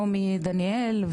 נעמי דניאל,